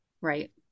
right